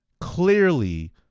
clearly